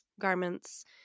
garments